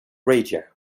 radio